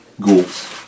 ghouls